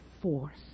force